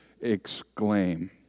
exclaim